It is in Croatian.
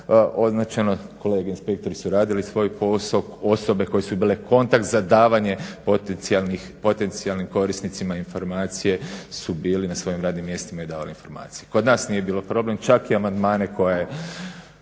kolege inspektori su radili svoj posao, osobe koje su bile kontakt za davanje potencijalnim korisnicima informacije su bili na svojim radnim mjestima i davali informacije. Kod nas nije bilo problem čak i amandmane koje